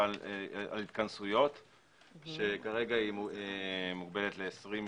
על התכנסויות שכרגע היא מוגבלת ל-20 משתתפים.